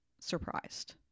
surprised